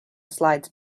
slides